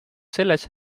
selles